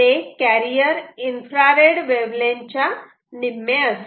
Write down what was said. ते carrier infrared wavelength च्या निम्मे असते